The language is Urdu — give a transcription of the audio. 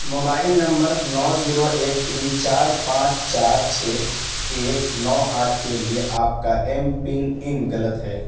موبائل نمبر نو زیرو ایک تین چار پانچ چار چھ ایک نو آٹھ کے لیے آپ کا ایم پن ان غلط ہے